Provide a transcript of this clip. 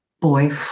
boy